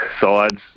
sides